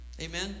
amen